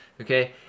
okay